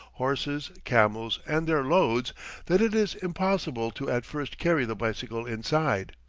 horses, camels, and their loads that it is impossible to at first carry the bicycle inside.